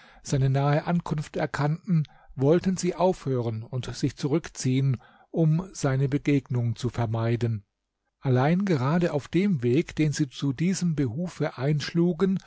seine nahe ankunft erkannten wollten sie aufhören und sich zurückziehen um seine begegnung zu vermeiden allein gerade auf dem weg den sie zu diesem behufe einschlugen